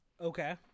Okay